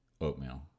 oatmeal